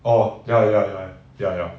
orh ya ya ya ya ya